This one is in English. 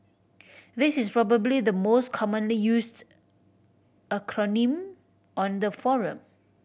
this is probably the most commonly used acronym on the forum